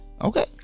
Okay